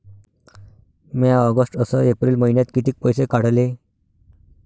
म्या ऑगस्ट अस एप्रिल मइन्यात कितीक पैसे काढले?